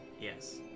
Yes